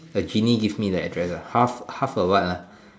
the genie give me the address ah half half a what ah